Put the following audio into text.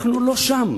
אנחנו לא שם.